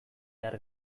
behar